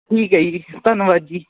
ਠੀਕ ਹੈ ਜੀ ਧੰਨਵਾਦ ਜੀ